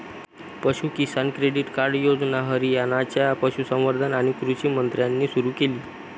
पशु किसान credit card योजना हरियाणाच्या पशुसंवर्धन आणि कृषी मंत्र्यांनी सुरू केली